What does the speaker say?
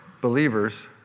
believers